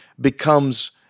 becomes